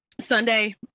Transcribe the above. Sunday